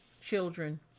children